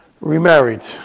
remarried